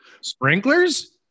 sprinklers